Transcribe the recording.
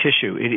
tissue